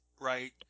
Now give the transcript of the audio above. right